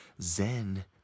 Zen